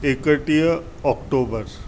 एकटीह ऑक्टोबर